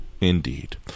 Indeed